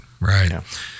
right